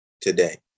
today